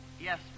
Yes